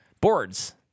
Boards